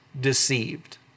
deceived